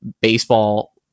baseball